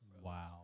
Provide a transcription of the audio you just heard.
Wow